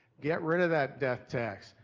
get rid of that death tax.